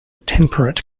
temperate